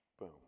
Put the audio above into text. Boom